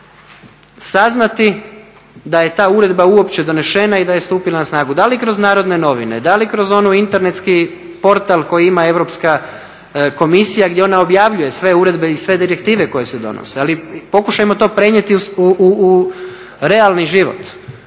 saznati da je ta uredba uopće donesena i da je stupila na snagu, da li kroz narodne novine, da li kroz internetski portal koji ima Europska komisija gdje ona objavljuje sve uredbe i sve direktive koje se donose. Ali pokušajmo to prenijeti u realni život,